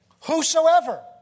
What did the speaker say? Whosoever